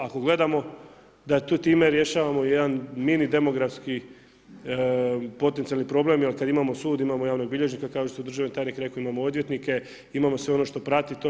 Ako gledamo da time rješavamo i jedan mini demografski potencijalni problem, jer kad imamo sud imamo javnog bilježnika kao što je i državni tajnik rekao imamo odvjetnike, imamo sve ono što prati to.